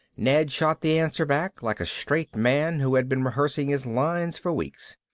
ned shot the answer back like a straight man who had been rehearsing his lines for weeks.